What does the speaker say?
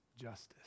justice